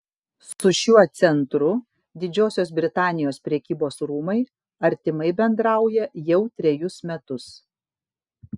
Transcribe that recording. su šiuo centru didžiosios britanijos prekybos rūmai artimai bendrauja jau trejus metus